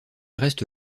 reste